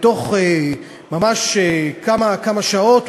ובתוך כמה שעות,